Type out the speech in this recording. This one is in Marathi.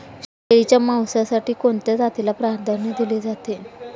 शेळीच्या मांसासाठी कोणत्या जातीला प्राधान्य दिले जाते?